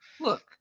Look